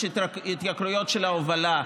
יש התייקרויות של ההובלה,